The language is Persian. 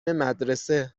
مدرسه